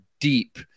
deep